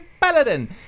paladin